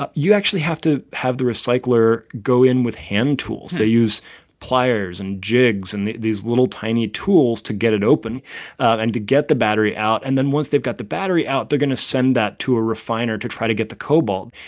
but you actually have to have the recycler go in with hand tools. they use pliers and jigs and these little, tiny tools to get it open and to get the battery out. and then once they've got the battery out, they're going to send that to a refiner to try to get the cobalt.